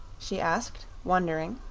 she asked, wondering.